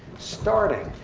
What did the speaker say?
starting,